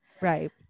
Right